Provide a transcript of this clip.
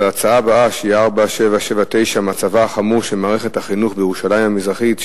הנושא הבא הוא: מצבה החמור של מערכת החינוך בירושלים המזרחית,